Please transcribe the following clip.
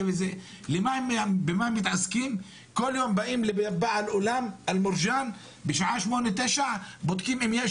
מה שהם מתעסקים בו זה כל יום באים לבעל אולם ובודקים אם יש